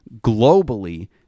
Globally